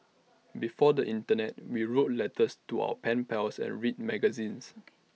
before the Internet we wrote letters to our pen pals and read magazines